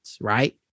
right